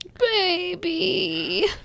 baby